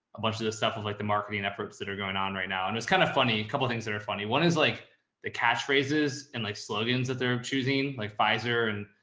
a bunch of this stuff with like the marketing efforts that are going on right now. and it's kind of funny, a couple of things that are funny. one is like the catch phrases and like slogans that they're choosing like pfizer and.